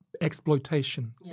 Exploitation